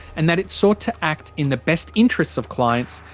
and that it sought to act in the best interests of clients,